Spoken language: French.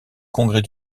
congrès